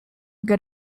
good